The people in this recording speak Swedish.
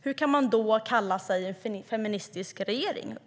Hur kan man då kalla sig för en feministisk regering?